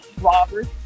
robbers